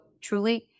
truly